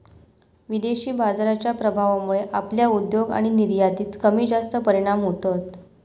विदेशी बाजाराच्या प्रभावामुळे आपल्या उद्योग आणि निर्यातीत कमीजास्त परिणाम होतत